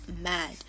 mad